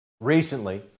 recently